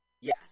Yes